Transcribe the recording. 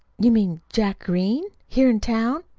you mean jack green, here in town?